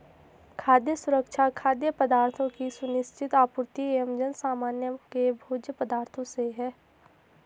खाद्य सुरक्षा खाद्य पदार्थों की सुनिश्चित आपूर्ति एवं जनसामान्य के भोज्य पदार्थों से है